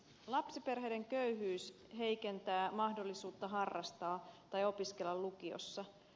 lapsiperheiden köyhyys heikentää mahdollisuutta harrastaa tai opiskella lukiossa